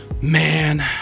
Man